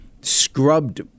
scrubbed